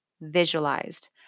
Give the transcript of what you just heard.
visualized